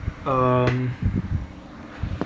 um